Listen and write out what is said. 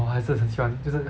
我还是很喜欢就是